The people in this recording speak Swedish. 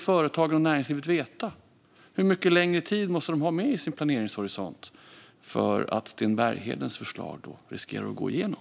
Företag och näringsliv behöver få veta hur mycket längre tid de måste ha i sin planeringshorisont om Sten Berghedens förslag riskerar att gå igenom.